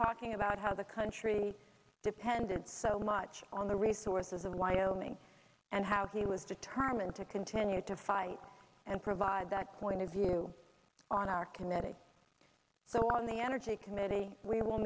talking about how the country depended so much on the resources of wyoming and how he was determined to continue to fight and provide that point of view on our committee so on the energy committee we will